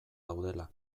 daudela